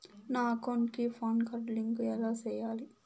నా అకౌంట్ కి PAN card link ఎలా సేయాలి